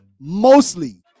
mostly